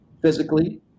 Physically